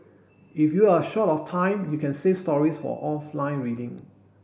if you are short of time you can save stories for offline reading